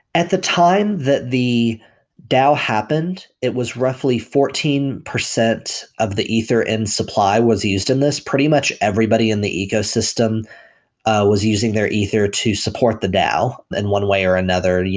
at the time that the dao happened, it was roughly fourteen percent of the ether in supply was used in this. pretty much everybody in the ecosystem ah was using their ether to support the dao in one way or another,